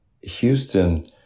Houston—